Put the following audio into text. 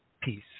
Peace